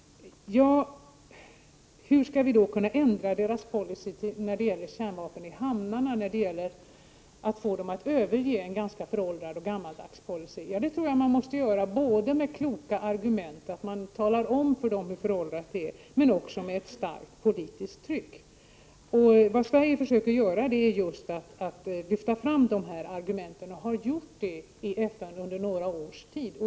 Men hur skall vi kunna ändra de aktuella ländernas policy när det gäller kärnvapen i hamnarna och när det gäller att få dem att överge en ganska föråldrad policy? Ja, det tror jag att man måste åstadkomma dels genom kloka argument — man får tala om för dem hur föråldrad policy de har —, dels genom ett starkt politiskt tryck. Vad Sverige försöker göra är just att lyfta fram sådana här argument. Det har vi också gjort i FN under några års tid.